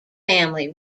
family